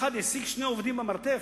שאחד העסיק שני עובדים במרתף,